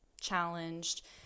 challenged